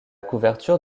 couverture